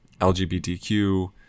LGBTQ